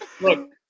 Look